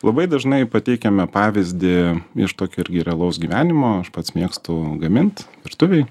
labai dažnai pateikiame pavyzdį iš tokio irgi realaus gyvenimo aš pats mėgstu gamint virtuvėj